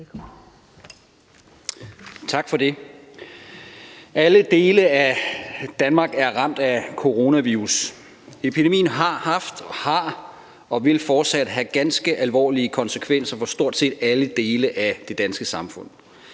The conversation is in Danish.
Tak for det. Alle dele af Danmark er ramt af coronavirus. Epidemien har haft, har og vil fortsat have ganske alvorlige konsekvenser for stort set alle dele af det danske samfund.